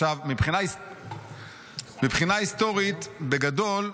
מבחינה היסטורית, בגדול,